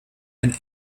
and